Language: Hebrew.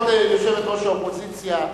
יושבת-ראש האופוזיציה.